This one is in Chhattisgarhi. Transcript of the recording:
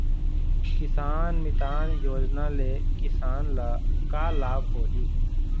किसान मितान योजना ले किसान ल का लाभ होही?